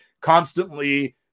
constantly